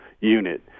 unit